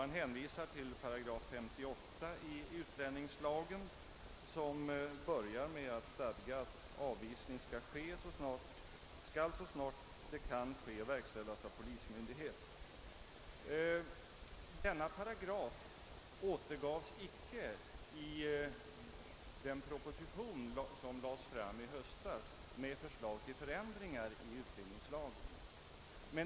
Han hänvisar till 58 § i utlänningslagen som stadgar: »Avvisning skall så snart det kan ske verkställas av polismyndighet.« Denna paragraf berördes icke och fanns icke ens återgiven i den proposition med förslag till ändring av utlänningslagen som framlades i höstas.